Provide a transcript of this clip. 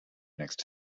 next